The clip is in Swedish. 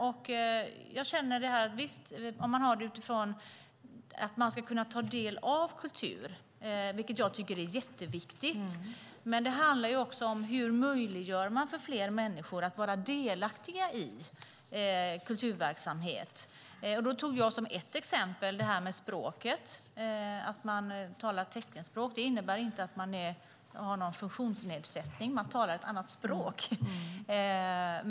Vi kan titta på det utifrån att man ska kunna ta del av kultur, vilket jag tycker är jätteviktigt, men det handlar också om hur vi möjliggör för fler människor att vara delaktiga i kulturverksamhet. Då tog jag som ett exempel det här med språket - att man talar teckenspråk innebär inte att man har en funktionsnedsättning, utan man talar ett annat språk.